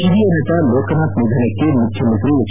ಹಿರಿಯ ನಟ ಲೋಕನಾಥ್ ನಿಧನಕ್ಕೆ ಮುಖ್ಯಮಂತ್ರಿ ಎಚ್